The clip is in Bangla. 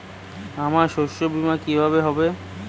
আমার শস্য বীমা কিভাবে হবে?